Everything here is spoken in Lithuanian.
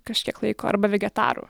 kažkiek laiko arba vegetaru